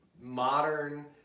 modern